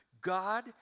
God